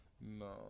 No